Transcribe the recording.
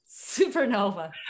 Supernova